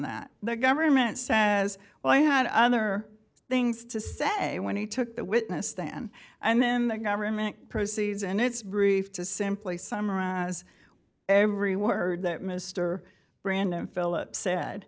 that the government says well i had other things to say when he took the witness stand and then the government proceeds in its brief to simply summarize every word that mr brandon phillips said